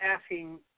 asking